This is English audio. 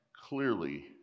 Clearly